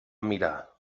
mirar